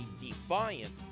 defiant